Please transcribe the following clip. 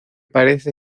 parece